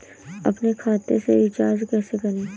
अपने खाते से रिचार्ज कैसे करें?